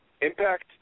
Impact